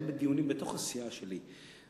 גם בדיונים בתוך הסיעה שלי,